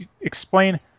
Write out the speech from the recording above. Explain